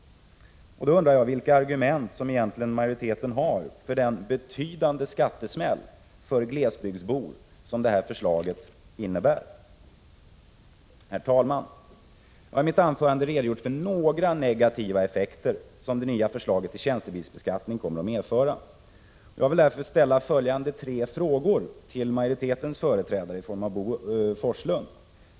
Jag undrar därför vilka argument majoriteten egentligen har för denna betydande skattesmäll för glesbygdsbor som detta förslag innebär? Herr talman! Jag har i mitt anförande redogjort för några negativa effekter som det nya förslaget till tjänstebilsbeskattning kommer att medföra. Jag vill därför ställa följande tre frågor till majoritetens företrädare Bo Forslund.